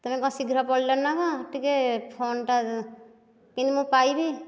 ତୁମେ କ'ଣ ଶୀଘ୍ର ପଳେଇଲଣି ନା କ'ଣ ଟିକେ ଫୋନ୍ଟା କେମିତି ମୁଁ ପାଇବି